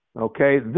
Okay